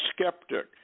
skeptic